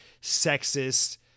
sexist